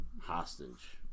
hostage